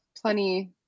plenty